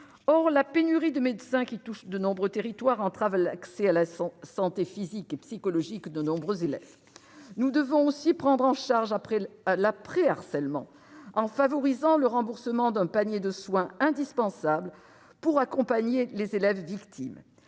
Or la pénurie de médecins qui touche de nombreux territoires entrave l'accès à la santé physique et psychologique de nombreux élèves. Nous devons aussi prendre en charge l'après-harcèlement, en favorisant le remboursement d'un panier de soins indispensables pour accompagner les élèves victimes.